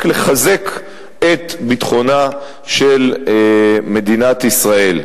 אלא רק לחזק את ביטחונה של מדינת ישראל.